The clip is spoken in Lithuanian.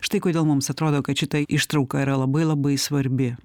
štai kodėl mums atrodo kad šita ištrauka yra labai labai svarbi